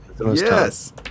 Yes